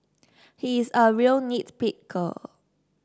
he is a real nit picker